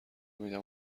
میدم